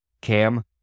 Cam